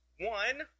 one